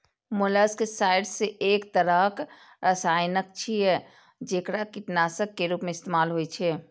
molluscicides एक तरहक रसायन छियै, जेकरा कीटनाशक के रूप मे इस्तेमाल होइ छै